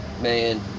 Man